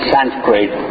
Sanskrit